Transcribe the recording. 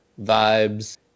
vibes